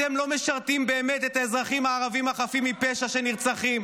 אתם לא משרתים באמת את האזרחים הערבים החפים מפשע שנרצחים.